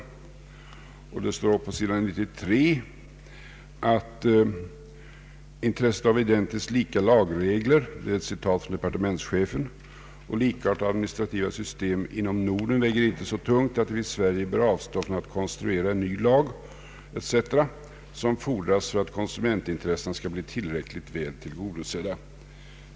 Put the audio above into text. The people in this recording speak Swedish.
På s. 93 står — det är ett citat av departementschefens yttrande — att intresset av identiskt lika lagregler och likartade administrativa system inom Norden inte väger så tungt att vi i Sverige bör avstå från att konstruera en ny lag etc. som fordras för att konsumentintressena skall bli tillräckligt väl tillgodosedda.